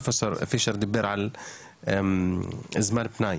פרופסור פיש דיבר על זמן פנאי,